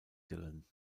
dylan